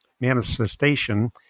manifestation